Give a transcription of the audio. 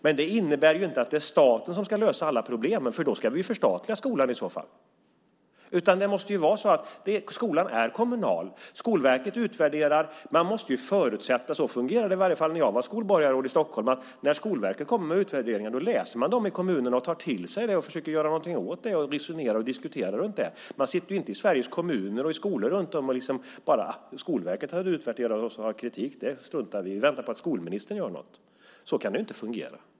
Men det innebär inte att det är staten som ska lösa alla problemen; i så fall skulle vi förstatliga skolan. Man måste förutsätta - så fungerade det i alla fall när jag var skolborgarråd i Stockholm - att när Skolverket kommer med utvärderingar läser man dem i kommunerna, tar till sig dem, resonerar och diskuterar och försöker göra något åt problemen. Man sitter inte i Sveriges kommuner och skolor och säger: Skolverket har utvärderat oss och har kritik - det struntar vi i! Vi väntar på att skolministern gör något! Så kan det inte fungera.